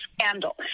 scandal